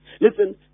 Listen